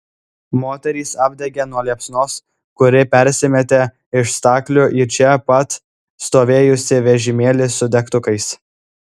moterys apdegė nuo liepsnos kuri persimetė iš staklių į čia pat stovėjusį vežimėlį su degtukais